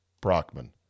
Brockman